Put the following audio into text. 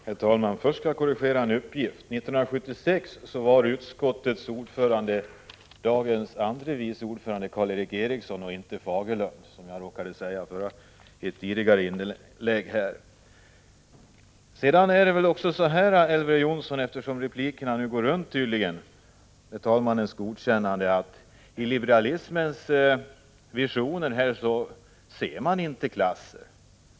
Herr talman! Först skall jag korrigera en uppgift. 1976 var utskottets ordförande dagens andre vice talman Karl Erik Eriksson och inte Fagerlund, som jag råkade säga i ett tidigare inlägg. Eftersom replikerna nu, med talmannens godkännande, tydligen ”går runt”, riktar jag mig till Elver Jonsson. I liberalismens visioner ser man inte klasser.